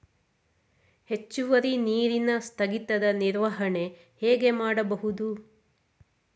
ಹೆಚ್ಚುವರಿ ನೀರಿನ ಸ್ಥಗಿತದ ನಿರ್ವಹಣೆ ಹೇಗೆ ಮಾಡಬಹುದು?